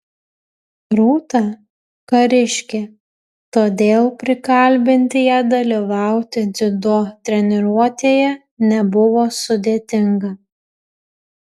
rūta kariškė todėl prikalbinti ją dalyvauti dziudo treniruotėje nebuvo sudėtinga